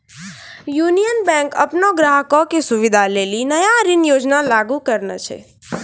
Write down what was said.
union Bank अपनो ग्राहको के सुविधा लेली नया ऋण योजना लागू करने छै